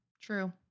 true